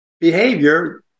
behavior